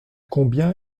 combien